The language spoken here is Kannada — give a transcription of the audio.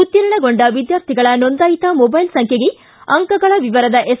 ಉತ್ತೀರ್ಣಗೊಂಡ ವಿದ್ಕಾರ್ಥಿಗಳ ನೋಂದಾಯಿತ ಮೊಬೈಲ್ ಸಂಖ್ಯೆಗೆ ಅಂಕಗಳ ವಿವಿರದ ಎಸ್